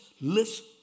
listen